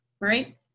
right